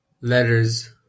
letters